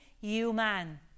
human